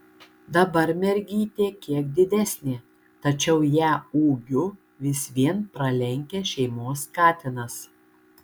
dabar mergytė kiek didesnė tačiau ją ūgiu vis vien pralenkia šeimos katinas